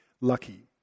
lucky